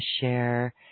share